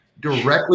directly